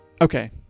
Okay